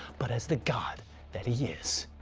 but as the god that he is,